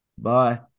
Bye